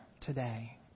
today